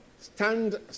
Stand